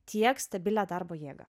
tiek stabilią darbo jėgą